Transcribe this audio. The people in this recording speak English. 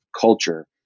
culture